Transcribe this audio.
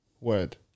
word